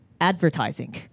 advertising